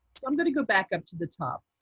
so i'm going to go back up to the top.